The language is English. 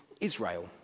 Israel